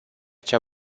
cea